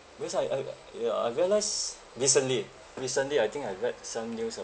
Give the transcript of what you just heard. because I I ya I realised recently recently I think I read some news